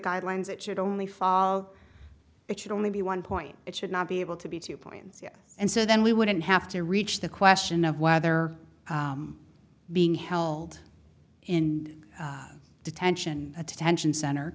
guidelines it should only fall it should only be one point it should not be able to be two points and so then we wouldn't have to reach the question of whether being held in detention attention center